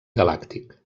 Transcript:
galàctic